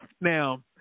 Now